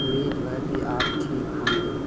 امید ہے کہ آپ ٹھیک ہوں گے